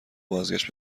بازگشت